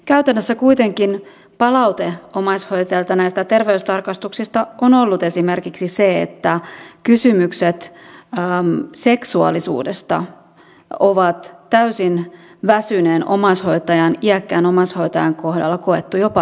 käytännössä kuitenkin palaute omaishoitajilta näistä terveystarkastuksista on ollut esimerkiksi se että kysymykset seksuaalisuudesta on täysin väsyneen iäkkään omaishoitajan kohdalla koettu jopa loukkaaviksi